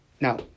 Now